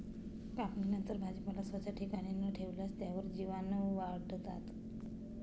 कापणीनंतर भाजीपाला स्वच्छ ठिकाणी न ठेवल्यास त्यावर जीवाणूवाढतात